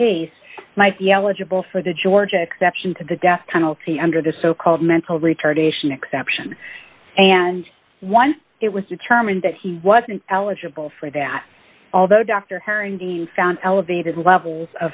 pace might be eligible for the george exception to the death penalty under the so called mental retardation exception and one it was determined that he wasn't eligible for that although dr harrington found elevated levels